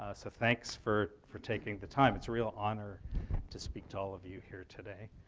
ah so thanks for for taking the time. it's a real honor to speak to all of you here today.